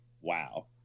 wow